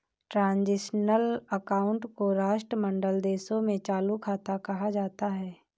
transitional account को राष्ट्रमंडल देशों में चालू खाता कहा जाता है